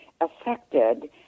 affected